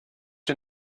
you